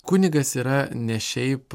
kunigas yra ne šiaip